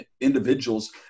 individuals